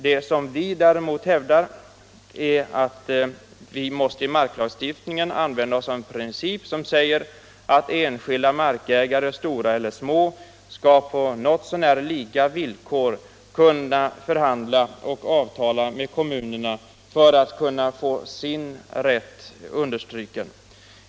Det vi däremot hävdar är att vi i marklagstiftningen måste använda oss av en princip som säger att enskilda markägare — stora eller små — på något så när lika villkor skall kunna förhandla och avtala med kommunerna för att få sin rätt understruken.